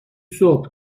صبح